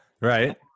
Right